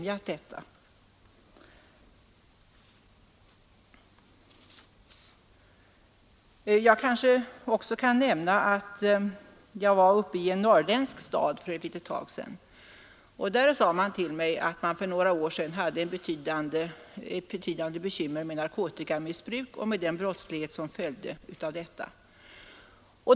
Jag kanske också kan nämna att jag var uppe i en norrländsk stad för ett litet tag sedan, och där sade man till mig att man för några år sedan hade betydande bekymmer med narkotikamissbruk och med därav följande brottslighet.